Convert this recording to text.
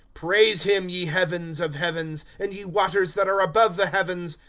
praise him, ye heavens of heavens. and ye waters that are above the heavens.